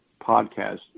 podcast